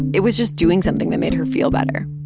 it was just doing something that made her feel better.